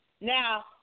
Now